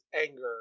anger